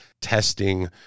testing